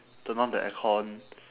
turn on the aircon